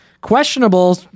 questionable